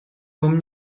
ком